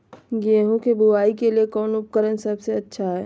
गेहूं के बुआई के लिए कौन उपकरण सबसे अच्छा है?